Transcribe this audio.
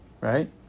right